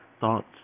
thoughts